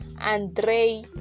Andre